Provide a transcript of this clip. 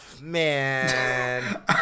man